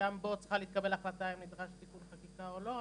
וגם בו צריכה להתקבל החלטה האם נדרש תיקון חקיקה או לא,